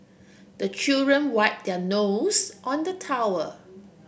the children wipe their nose on the towel